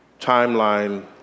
timeline